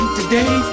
today